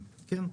כן.